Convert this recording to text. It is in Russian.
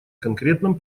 конкретном